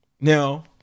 Now